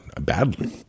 badly